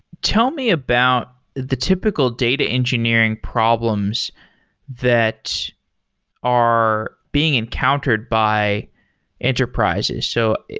tell me about the typical data engineering problems that are being encountered by enterprises. so,